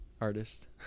artist